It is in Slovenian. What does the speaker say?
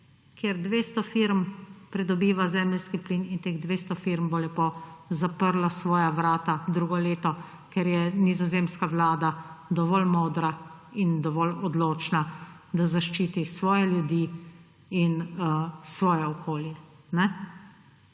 kjer 200 firm pridobiva zemeljski plin in teh 200 firm bo lepo zaprlo svoja vrata drugo leto, ker je nizozemska vlada dovolj modra in dovolj odločna, da zaščiti svoje ljudi in svoje okolje.